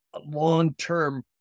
long-term